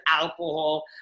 alcohol